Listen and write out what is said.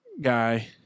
guy